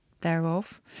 thereof